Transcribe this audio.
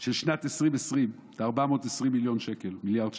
של שנת 2020, את ה-420 מיליארד שקל,